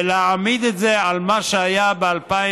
ולהעמיד את זה על מה שהיה ב-2012,